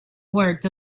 words